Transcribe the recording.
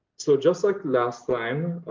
so just like last time,